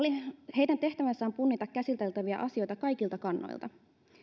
heidän tehtävänsä on punnita käsiteltäviä asioita kaikilta kannoilta